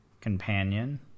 companion